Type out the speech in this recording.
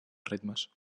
ritmes